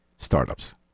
Startups